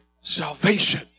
salvation